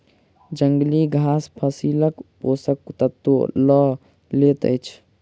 जंगली घास फसीलक पोषक तत्व लअ लैत अछि